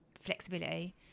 flexibility